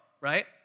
right